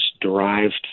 derived